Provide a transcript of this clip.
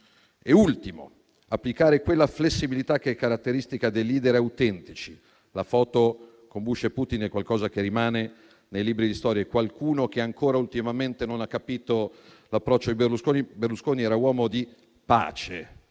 e ultimo, applicare quella flessibilità che è caratteristica dei *leader* autentici. La foto con Bush e Putin è qualcosa che rimane nei libri di storia, anche se c'è qualcuno che ancora ultimamente non ha capito l'approccio di Berlusconi, che era uomo di pace.